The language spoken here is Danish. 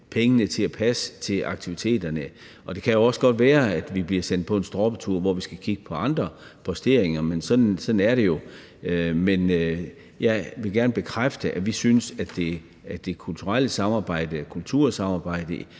pengene til at passe til aktiviteterne. Og det kan også godt være, at vi bliver sendt på en stroppetur, hvor vi skal kigge på andre posteringer, men sådan er det jo. Men jeg vil gerne bekræfte, at vi synes, at kultursamarbejdet er det,